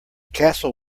castle